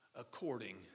According